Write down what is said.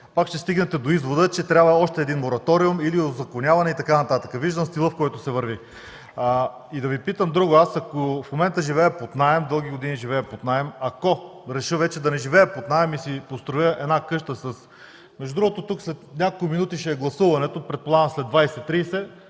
пак ще стигнете до извода, че трябва още един мораториум или узаконяване и така нататък. Виждам стила, в който се върви. Да Ви питам и друго. Аз живея под наем, дълги години живея под наем и ако реша вече да не живея под наем и си построя една къща – между другото тук, след няколко минути ще е гласуването, предполагам след 20-30